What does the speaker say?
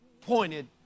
pointed